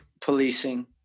policing